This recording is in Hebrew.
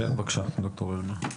בבקשה, ד"ר הלמן.